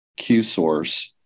QSource